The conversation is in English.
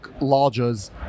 lodges